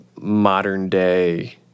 modern-day